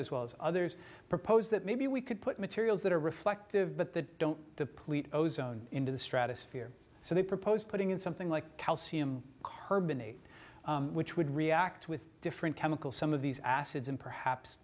as well as others propose that maybe we could put materials that are reflective but that don't deplete ozone into the stratosphere so they propose putting in something like calcium carbonate which would react with different chemical some of these acids and perhaps